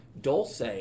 Dulce